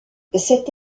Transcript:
cette